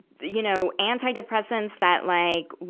you know, anti-depressants that like,